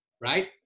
right